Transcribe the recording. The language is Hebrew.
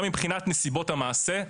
גם מבחינת נסיבות המעשה,